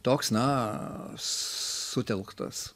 toks na sutelktas